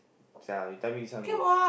sia you tell me this one good